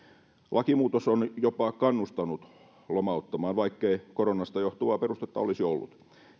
lakimuutos on jopa kannustanut lomauttamaan vaikkei koronasta johtuvaa perustetta olisi ollut